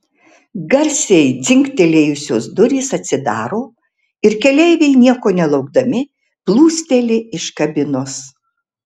garsiai dzingtelėjusios durys atsidaro ir keleiviai nieko nelaukdami plūsteli iš kabinos